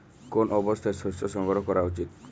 কোন অবস্থায় শস্য সংগ্রহ করা উচিৎ?